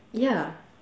ya